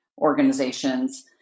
organizations